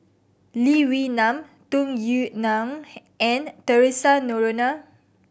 Lee Wee Nam Tung Yue Nang and Theresa Noronha